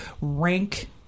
rank